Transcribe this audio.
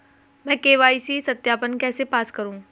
मैं के.वाई.सी सत्यापन कैसे पास करूँ?